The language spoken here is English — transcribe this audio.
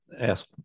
ask